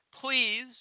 Please